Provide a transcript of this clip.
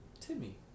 Timmy